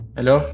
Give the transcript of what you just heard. Hello